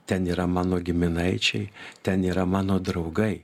ten yra mano giminaičiai ten yra mano draugai